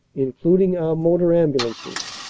including our motor ambulances,